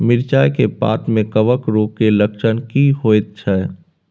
मिर्चाय के पत्ता में कवक रोग के लक्षण की होयत छै?